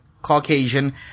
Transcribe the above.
Caucasian